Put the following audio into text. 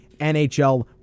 NHL